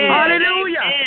Hallelujah